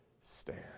stand